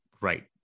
right